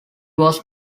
was